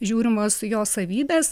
žiūrimos jo savybės